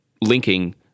linking